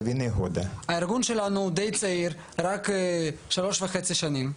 הארגון שלנו די צעיר, רק שלוש וחצי שנים.